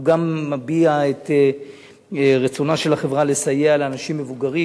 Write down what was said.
הוא גם מביע את רצונה של החברה לסייע לאנשים מבוגרים.